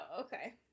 okay